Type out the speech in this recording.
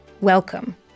welcome